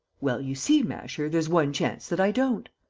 well, you see, masher, there's one chance that i don't.